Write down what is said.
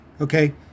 okay